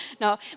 no